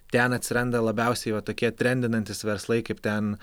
ten atsiranda labiausiai va tokie trendinantys verslai kaip ten